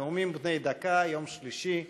נאומים בני דקה, יום שלישי.